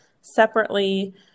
separately